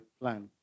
plan